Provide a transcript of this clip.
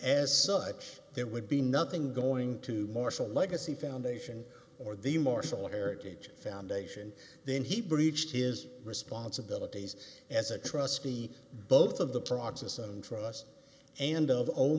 as such there would be nothing going to marshall legacy foundation or the marshall heritage foundation then he breached is responsibilities as a trustee both of the process and trust and